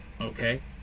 Okay